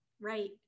Right